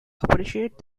appreciate